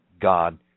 God